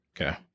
Okay